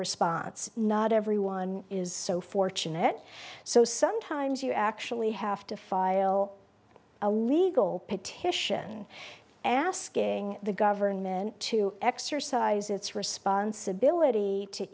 response not everyone is so fortunate so sometimes you actually have to file a legal petition asking the government to exercise its responsibility to